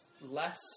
less